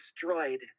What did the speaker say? destroyed